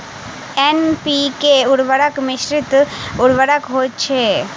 NPK उर्वरक मिश्रित उर्वरक होइत छै